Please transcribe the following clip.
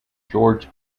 george